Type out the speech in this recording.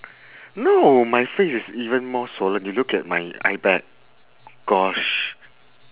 no my face is even more swollen you look at my eye bag gosh